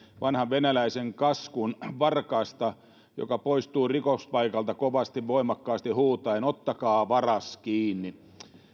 vanhan venäläisen kaskun varkaasta joka poistuu rikospaikalta kovasti voimakkaasti huutaen ottakaa varas kiinni